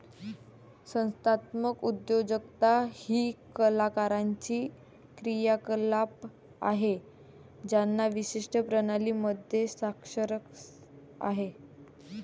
संस्थात्मक उद्योजकता ही कलाकारांची क्रियाकलाप आहे ज्यांना विशिष्ट प्रणाली मध्ये स्वारस्य आहे